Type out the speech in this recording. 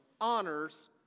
honors